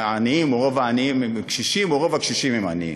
שהעניים או רוב העניים הם קשישים או שרוב הקשישים הם עניים.